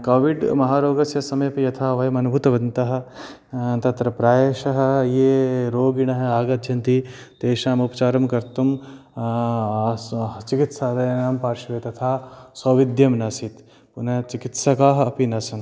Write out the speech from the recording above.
COVID महारोगस्य समयेऽपि यथा वयम् अनुभूतवन्तः तत्र प्रायशः ये रोगिणः आगच्छन्ति तेषाम् उपचारं कर्तुं चिकित्सालयानां पार्श्वे तथा सौविध्यम् नासीत् पुनः चिकित्सकः अपि नासन्